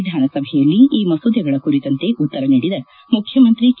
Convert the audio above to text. ವಿಧಾನಸಭೆಯಲ್ಲಿ ಈ ಮಸೂದೆಗಳ ಕುರಿತಂತೆ ಉತ್ತರ ನೀಡಿದ ಮುಖ್ಯಮಂತ್ರಿ ಕೆ